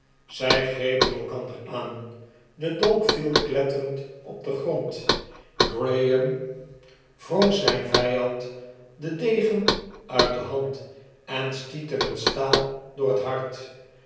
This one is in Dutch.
zij grepen elkander aan de dolk viel kletterend op den grond graham wrong zijnen vijand den degen uitde hand en stiet hem het staal door het hart